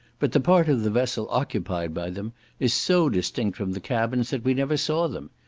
but the part of the vessel occupied by them is so distinct from the cabins, that we never saw them,